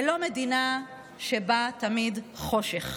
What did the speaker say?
ולא מדינה שבה תמיד חושך.